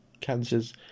cancers